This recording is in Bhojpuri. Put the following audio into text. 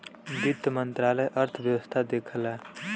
वित्त मंत्रालय अर्थव्यवस्था देखला